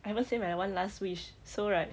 I haven't say my one last wish so right